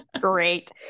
Great